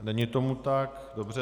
Není tomu tak, dobře.